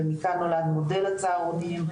ומכאן נולד מודל הצהרונים,